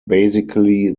basically